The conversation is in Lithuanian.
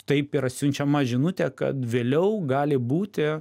taip yra siunčiama žinutė kad vėliau gali būti